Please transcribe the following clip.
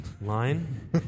Line